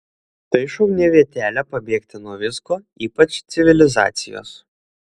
tai šauni vietelė pabėgti nuo visko ypač civilizacijos